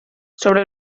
sobre